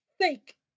Fake